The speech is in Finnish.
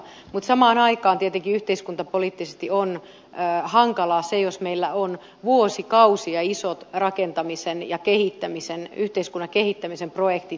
mutta samaan aikaan tietenkin yhteiskuntapoliittisesti on hankalaa se jos meillä on vuosikausia isot rakentamisen ja yhteiskunnan kehittämisen projektit jäissä